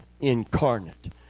incarnate